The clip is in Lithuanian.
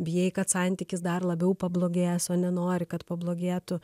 bijai kad santykis dar labiau pablogės o nenori kad pablogėtų